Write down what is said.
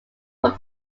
from